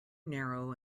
narrow